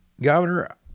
governor